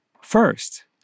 first